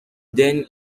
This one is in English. then